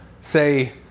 say